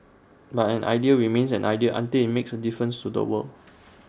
but an idea remains an idea until IT makes A difference to the world